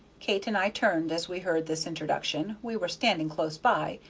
kate and i turned as we heard this introduction we were standing close by,